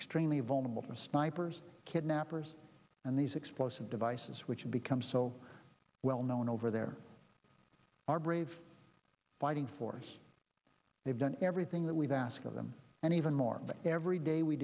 extremely vulnerable to snipers kidnappers and these explosive devices which become so well known over there our brave fighting force they've done everything that we've asked of them and even more every day we